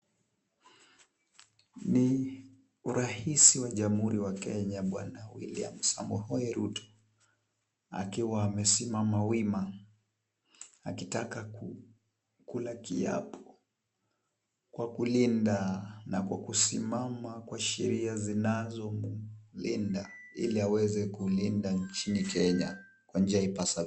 Ni raisi wa Jamhuri ya Kenya, Bwana William Samoei Ruto, akiwa amesimama wima akitaka kukula kiapo kwa kulinda na kwa kusimama kwa sheria zinazolinda, ili aweze kulinda nchini Kenya kwa njia ipasavyo.